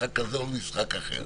למשחק כזה או משחק אחר